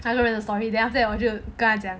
他的人的 story then after that 我就跟他讲